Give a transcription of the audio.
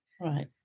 Right